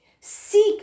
Seek